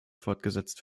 fortgesetzt